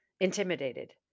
intimidated